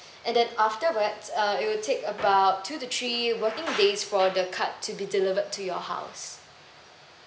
and then afterwards uh it will take about two to three working days for the card to be delivered to your house